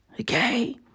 Okay